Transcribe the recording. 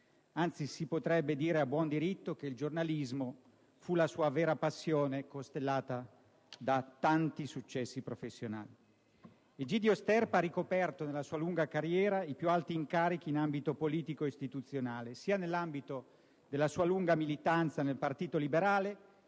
Anzi, si potrebbe dire a buon diritto che il giornalismo fu la sua vera passione, costellata da tanti successi professionali. Egidio Sterpa ha ricoperto nella sua lunga carriera i più alti incarichi in ambito politico ed istituzionale, sia nell'ambito della sua lunga militanza nel Partito Liberale,